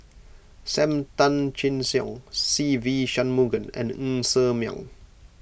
Sam Tan Chin Siong Se Ve Shanmugam and Ng Ser Miang